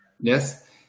Yes